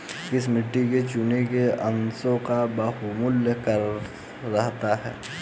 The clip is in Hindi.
किस मिट्टी में चूने के अंशों का बाहुल्य रहता है?